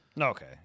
Okay